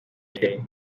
day